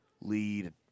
lead